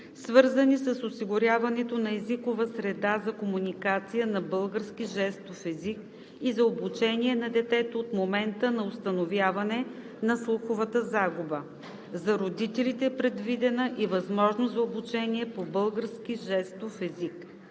свързани с осигуряването на езикова среда за комуникация на български жестов език и за обучение на детето от момента на установяване на слуховата загуба. За родителите е предвидена и възможност за обучения по български жестов език.